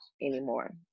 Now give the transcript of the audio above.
anymore